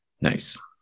nice